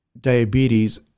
diabetes